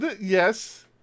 Yes